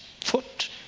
foot